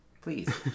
please